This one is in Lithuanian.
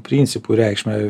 principų reikšmę